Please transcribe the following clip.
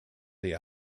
the